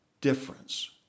difference